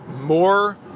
more